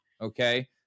okay